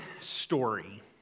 story